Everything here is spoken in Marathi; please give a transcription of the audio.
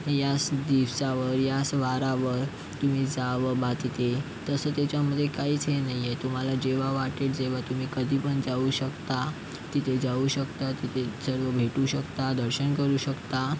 याच दिवसावर याच वारावर तुम्ही जावं बा तिथे तसं तेच्यामध्ये काहीच हे नाही आहे तुम्हाला जेव्हा वाटेल तेव्हा तुम्ही कधी पण जाऊ शकता तिथे जाऊ शकता तिथे सर्व भेटू शकता दर्शन करू शकता